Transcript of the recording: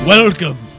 Welcome